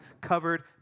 covered